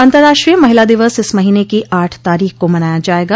अतर्राष्ट्रीय महिला दिवस इस महीने की आठ तारीख को मनाया जाएगा